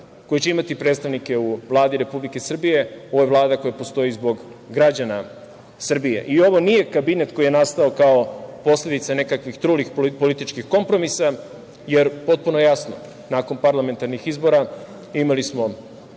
koje će imati predstavnike u Vladi Republike Srbije. Ovo je Vlada koja postoji zbog građana Srbije. Ovo nije kabinet koji je nastao kao posledica nekakvih trulih političkih kompromisa, jer potpuno je jasno – nakon parlamentarnih izbora imali smo